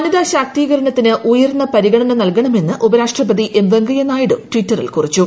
വനിതാ ശാക്തീകരണത്തിന് ഉയർന്ന പരിഗ്രണന് നൽകണമെന്ന് ഉപരാഷ്ട്രപതി എം വെങ്കയ്യനായിഡു ട്ടിറ്ററിൽ കുറിച്ചു